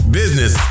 business